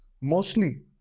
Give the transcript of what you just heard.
Mostly